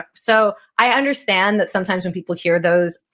ah so, i understand that sometimes when people hear those,